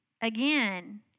Again